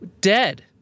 dead